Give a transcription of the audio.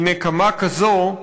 כי נקמה כזו,